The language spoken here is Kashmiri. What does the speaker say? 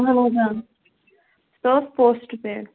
اَہَن حظ آ سۄ اوس پوسٹہٕ پیڈ